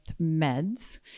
meds